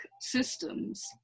systems